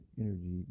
energy